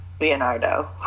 Leonardo